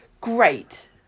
great